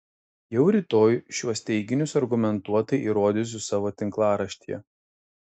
jau rytoj šiuos teiginius argumentuotai įrodysiu savo tinklaraštyje